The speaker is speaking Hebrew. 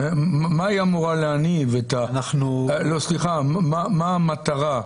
דה פקטו המשמעות העיקרית שלה היא